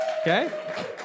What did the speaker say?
okay